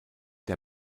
der